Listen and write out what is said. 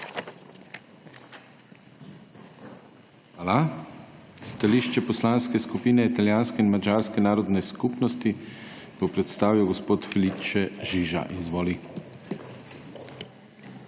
Hvala. Stališče Poslanske skupine italijanske in madžarske narodne skupnosti bo predstavil gospod Felice Žiža. Izvoli.